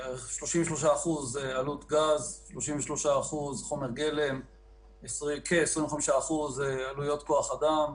35% עלות גז, 35% חומר גלם, כ-25% עלויות כוח-אדם.